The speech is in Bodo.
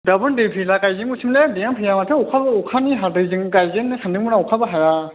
जोंहाबो दै फैब्ला गायजेनगौसैमोनलै दैयानो फैया माथो अखाबो अखानि हादैजों गायजेनो सान्दोंमोन अखाबो हाया